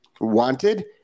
wanted